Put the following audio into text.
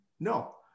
No